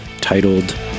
titled